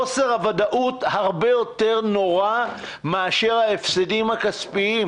חוסר הוודאות הרבה יותר נורא מאשר ההפסדים הכספיים.